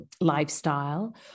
lifestyle